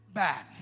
bad